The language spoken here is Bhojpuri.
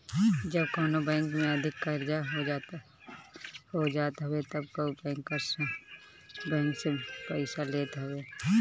जब कवनो बैंक पे अधिका कर्जा हो जात हवे तब उ बैंकर्स बैंक से पईसा लेत हवे